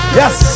yes